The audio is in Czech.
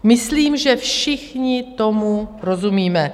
Myslím, že všichni tomu rozumíme.